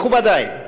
מכובדי,